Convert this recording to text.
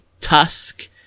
Tusk